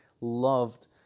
loved